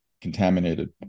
contaminated